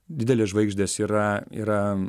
didelės žvaigždės yra yra